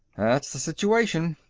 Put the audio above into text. that's the situation,